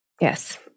Yes